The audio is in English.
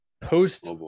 Post